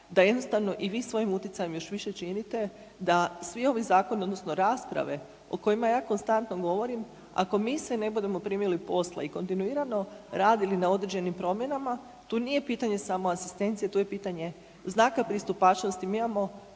da jednostavno i vi svojim utjecajem još više činite da svi ovi zakoni odnosno rasprave o kojima ja konstantno govorim, ako mi se budemo primili posla i kontinuirano radili na određenim promjenama tu nije pitanje samo asistencije, tu je pitanje znaka pristupačnosti. Mi imamo